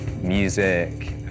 music